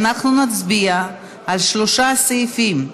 נצביע על שלושה סעיפים,